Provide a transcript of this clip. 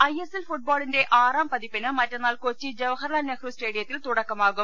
I S L ഫുട്ട്ബോളിന്റെ ആറാം പതിപ്പിന് മറ്റന്നാൾ കൊച്ചി ജവഹർലാൽ നെഹ്രു സ്റ്റേഡിയത്തിൽ തുടക്കമാകും